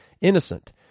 innocent